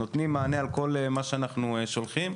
נותנים מענה על כל מה שאנחנו שולחים.